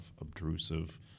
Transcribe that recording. obtrusive